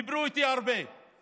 דיברו איתי הרבה על